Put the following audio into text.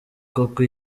koko